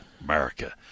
America